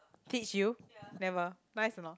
teach you never nice or not